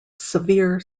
severe